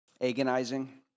agonizing